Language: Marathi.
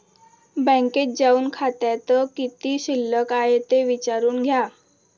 बँकेत जाऊन खात्यात किती शिल्लक आहे ते विचारून घ्या